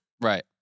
Right